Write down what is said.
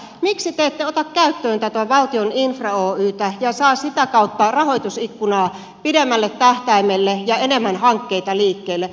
miksi te ette ota käyttöön tätä valtion infra oytä ja saa sitä kautta rahoitusikkunaa pidemmälle tähtäimelle ja enemmän hankkeita liikkeelle